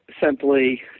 simply